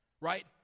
right